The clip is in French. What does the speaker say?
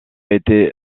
été